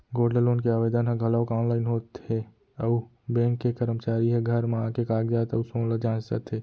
gold loan के आवेदन ह घलौक आनलाइन होत हे अउ बेंक के करमचारी ह घर म आके कागजात अउ सोन ल जांचत हे